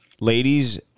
ladies